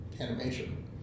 animation